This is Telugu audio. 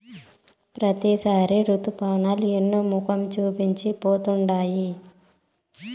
ప్రతిసారి రుతుపవనాలు ఎన్నో మొఖం చూపించి పోతుండాయి